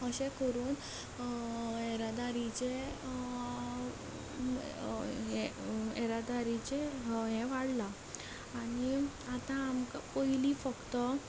अशें करून येरादारीचे हें येरादारीचे हें वाडलां आनी आतां आमकां पयलीं फक्त